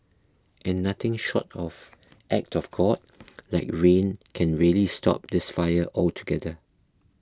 and nothing short of act of God like rain can really stop this fire altogether